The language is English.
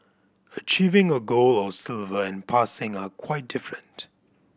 achieving a gold or silver and passing are quite different